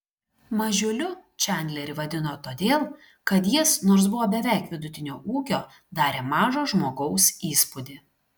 mažiuliu čandlerį vadino todėl kad jis nors buvo beveik vidutinio ūgio darė mažo žmogaus įspūdį